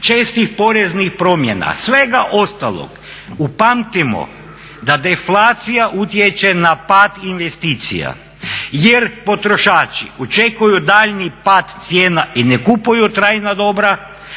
čestih poreznih promjena, svega ostalog upamtimo da deflacija utječe na pad investicija jer potrošači očekuju daljnji pad cijena i ne kupuju trajna dobra,